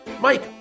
Mike